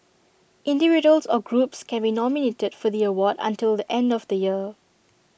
individuals or groups can be nominated for the award until the end of the year